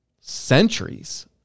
centuries